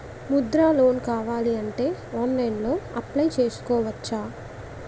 Mudra loan కావాలి అంటే ఆన్లైన్లో అప్లయ్ చేసుకోవచ్చా?